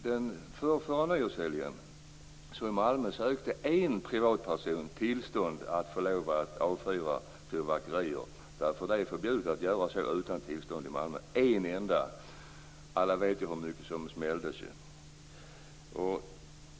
Den förrförra nyårshelgen sökte en privatperson i Malmö tillstånd för att få avfyra fyrverkerier - det är förbjudet att göra det utan tillstånd i Malmö. En enda person! Alla vet ju hur mycket som smälldes.